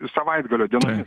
savaitgalio diena